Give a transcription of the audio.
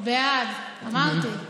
בעד, אמרתי.